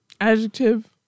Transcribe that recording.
Adjective